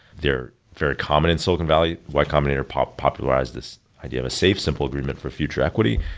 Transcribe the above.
they're very common in silicon valley. y combinator popularized this idea of a safe simple agreement for future equity.